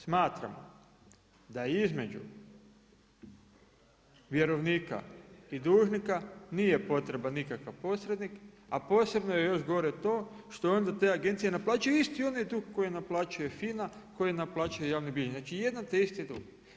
Smatram da između vjerovnika i dužnika nije potreban nikakav posrednik a posebno je još gore to što onda te agencije naplaćuju isti onaj dug koji naplaćuje FINA, koji naplaćuje javni bilježnik, znači jedan te isti dug.